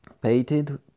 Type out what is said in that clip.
painted